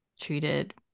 treated